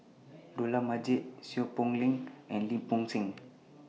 Dollah Majid Seow Poh Leng and Lim Bo Seng